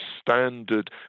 standard